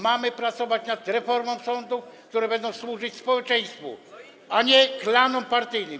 Mamy pracować nad reformą sądów, które będą służyć społeczeństwu, a nie klanom partyjnym.